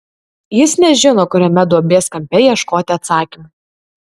jis nežino kuriame duobės kampe ieškoti atsakymų